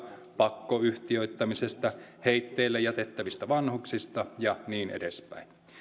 pakkoyhtiöittämisestä heitteille jätettävistä vanhuksista ja niin edespäin